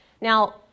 Now